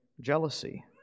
jealousy